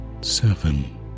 seven